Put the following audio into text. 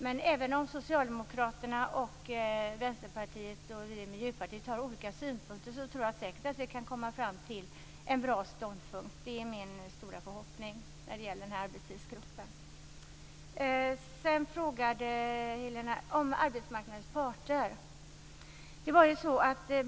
Men även om Socialdemokraterna, Vänsterpartiet och Miljöpartiet har olika synpunkter tror jag säkert att vi kan komma fram till en bra ståndpunkt. Det är min stora förhoppning när det gäller arbetstidsgruppen. Sedan frågade Helena om arbetsmarknadens parter.